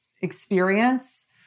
experience